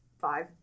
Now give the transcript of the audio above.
Five